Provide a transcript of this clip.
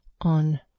on